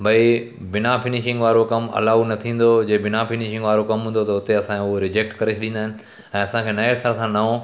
भई बिना फिनिशिंग वारो कमु अलाओ न थींदो जे बिना फिनिशिंग वारो कमु हूंदो त उते असांखे उहे रिजेक्ट करे ॾींदा आहिनि ऐं असांखे नए सिरे सां नओं